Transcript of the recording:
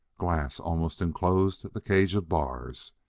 glass almost enclosed the cage of bars,